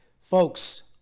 Folks